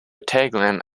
tagline